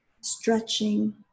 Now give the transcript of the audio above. stretching